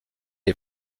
les